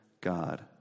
God